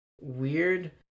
Weird